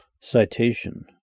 Citation